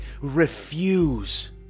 Refuse